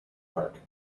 park